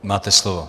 Máte slovo.